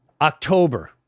october